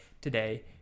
today